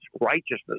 righteousness